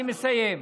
אני מסיים.